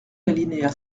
l’alinéa